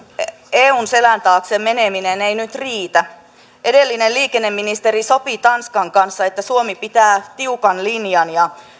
eun selän taakse meneminen ei nyt riitä edellinen liikenneministeri sopi tanskan kanssa että suomi pitää tiukan linjan ja